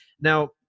now